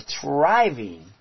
thriving